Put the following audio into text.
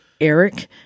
Eric